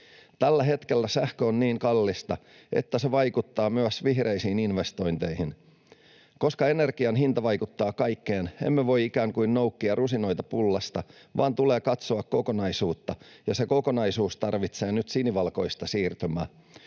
Tällä hetkellä sähkö on niin kallista, että se vaikuttaa myös vihreisiin investointeihin. Koska energian hinta vaikuttaa kaikkeen, emme voi ikään kuin noukkia rusinoita pullasta, vaan tulee katsoa kokonaisuutta, ja se kokonaisuus tarvitsee nyt sinivalkoista siirtymää.